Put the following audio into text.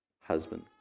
husband